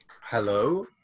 Hello